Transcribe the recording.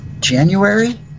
January